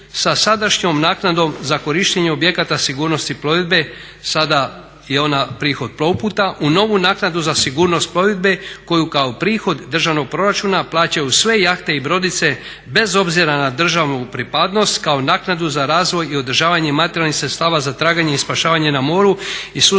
sa sadašnjom naknadom za korištenje objekata sigurnosti plovidbe, sada je ona prihod Plovputa u novu naknadu za sigurnost plovidbe koju kao prihod državnog proračuna plaćaju sve jahte i brodice bez obzira na državnu pripadnost kao naknadu za razvoj i održavanje materijalnih sredstava za traganje i spašavanje na moru i sustava